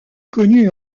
connu